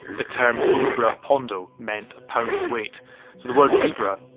the term libra pondo meant pound and weight. so the word libra,